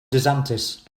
desantis